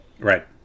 right